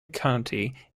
county